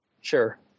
Sure